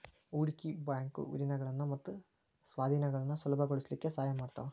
ಹೂಡ್ಕಿ ಬ್ಯಾಂಕು ವಿಲೇನಗಳನ್ನ ಮತ್ತ ಸ್ವಾಧೇನಗಳನ್ನ ಸುಲಭಗೊಳಸ್ಲಿಕ್ಕೆ ಸಹಾಯ ಮಾಡ್ತಾವ